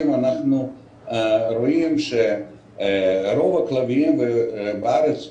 אנחנו רואים שרוב הכלבים בארץ רשומים,